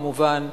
כמובן,